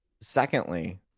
secondly